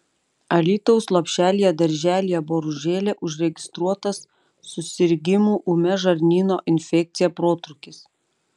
alytaus lopšelyje darželyje boružėlė užregistruotas susirgimų ūmia žarnyno infekcija protrūkis